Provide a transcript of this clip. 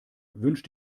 wünsch